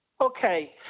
Okay